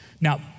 Now